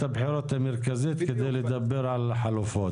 הבחירות המרכזית כדי לדבר על החלופות.